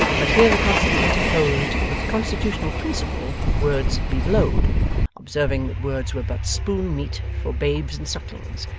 but here the constable interposed with the constitutional principle words be blowed observing that words were but spoon-meat for babes and sucklings,